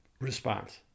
response